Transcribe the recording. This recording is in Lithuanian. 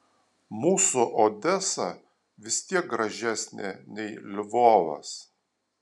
mūsų odesa vis tiek gražesnė nei lvovas